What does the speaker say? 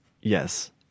yes